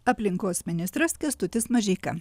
aplinkos ministras kęstutis mažeika